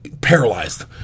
paralyzed